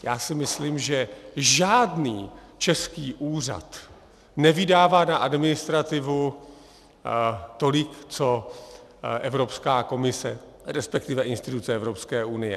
Já si myslím, že žádný český úřad nevydává na administrativu tolik co Evropská komise, respektive instituce Evropské unie.